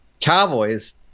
Cowboys